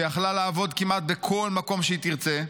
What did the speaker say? שיכלה לעבוד כמעט בכל מקום שהיא תרצה,